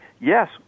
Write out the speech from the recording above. yes